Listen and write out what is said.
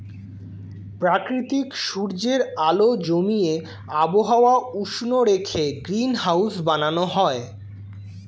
প্রাকৃতিক সূর্যের আলো জমিয়ে আবহাওয়া উষ্ণ রেখে গ্রিনহাউস বানানো হয়